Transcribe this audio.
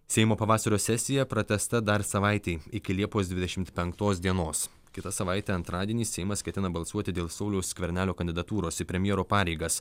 seimo pavasario sesija pratęsta dar savaitei iki liepos dvidešimt penktos dienos kitą savaitę antradienį seimas ketina balsuoti dėl sauliaus skvernelio kandidatūros į premjero pareigas